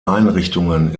einrichtungen